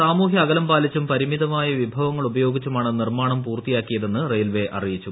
സാമൂഹ്യ അകലം പാലിച്ചും പരിമിതമായ വിഭവങ്ങൾ ഉപയോഗിച്ചുമാണ് നിർമാണം പൂർത്തിയാക്കിയതെന്ന് റെയിൽവേ അറിയിച്ചു